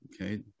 okay